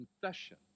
Confession